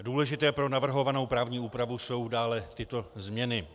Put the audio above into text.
Důležité pro navrhovanou právní úpravu jsou dále tyto změny.